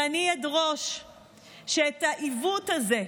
ואני אדרוש שאת העיוות הזה,